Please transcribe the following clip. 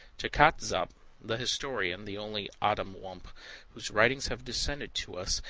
jakak-zotp, the historian, the only otumwump whose writings have descended to us,